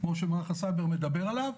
כמו שמערך הסייבר מדבר עליו.